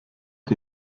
hat